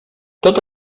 tot